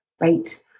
right